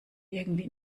irgendwie